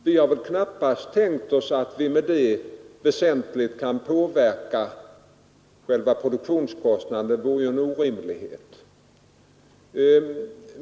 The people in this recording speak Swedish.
Vi har knappast tänkt oss att med dessa väsentligt kunna påverka själva produktionskostnaden. Det vore en orimlighet.